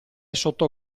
sotto